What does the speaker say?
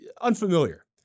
unfamiliar